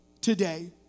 today